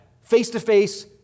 face-to-face